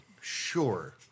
Sure